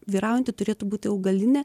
vyraujanti turėtų būti augalinė